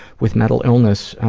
with mental illness,